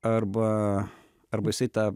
arba arba jisai ta